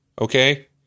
okay